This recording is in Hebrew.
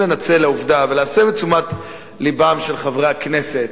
לנצל לעובדה ולהסב את תשומת לבם של חברי הכנסת.